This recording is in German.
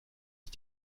ist